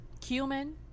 cumin